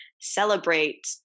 celebrate